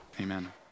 Amen